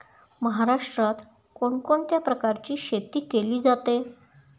महाराष्ट्रात कोण कोणत्या प्रकारची शेती केली जाते?